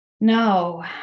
No